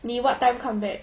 你 what time come back